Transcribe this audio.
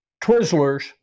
Twizzlers